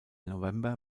november